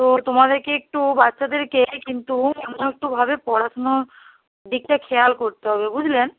তো তোমাদেরকে একটু বাচ্চাদেরকে কিন্তু অন্য একটুভাবে পড়াশুনো দিকটা খেয়াল করতে হবে বুঝলে